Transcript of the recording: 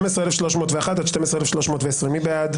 12,241 עד 12,260, מי בעד?